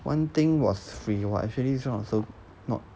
one thing was free !wah! actually this one also not